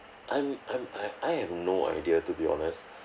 I'm I'm I I have no idea to be honest